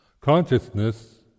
Consciousness